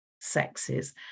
sexes